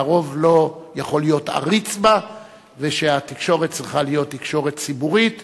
אבל הרוב לא יכול להיות עריץ בה; ושהתקשורת צריכה להיות תקשורת ציבורית